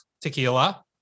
Tequila